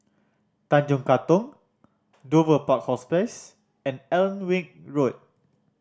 Tanjong Katong Dover Park Hospice and Alnwick Road